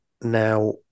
now